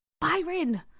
Byron